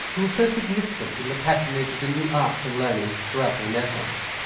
who were so significant in the patronage of the new arts and learning throughout the renaissance.